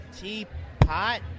Teapot